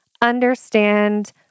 understand